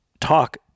talk